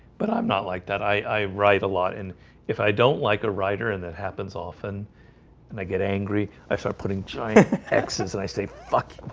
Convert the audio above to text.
but i'm not like that. i write a lot and if i don't like a writer and that happens often and i get angry. i start putting giant x's and i say fuck